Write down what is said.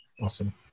Awesome